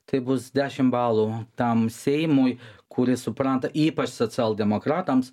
tai bus dešim balų tam seimui kuris supranta ypač socialdemokratams